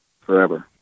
forever